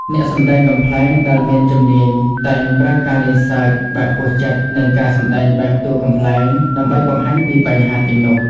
អ្នកសម្ដែងកំប្លែងដែលមានជំនាញតែងប្រើការលេងសើចបែបហួសចិត្ត និងការសម្ដែងបែបតួកំប្លែង ដើម្បីបង្ហាញពីបញ្ហាទាំងនោះ។